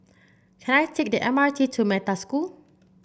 can I take the M R T to Metta School